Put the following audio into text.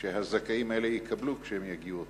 שהזכאים האלה יקבלו כשהם יגיעו.